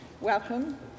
Welcome